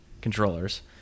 controllers